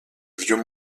vieux